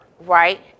Right